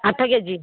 ଆଠ K G